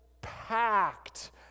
packed